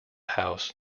house